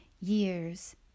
Years